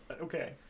okay